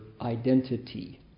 identity